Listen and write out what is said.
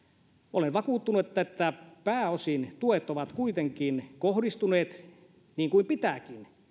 olen vakuuttunut että että pääosin tuet ovat kuitenkin kohdistuneet niin kuin pitääkin